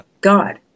God